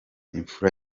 imfura